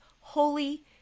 holy